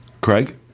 Craig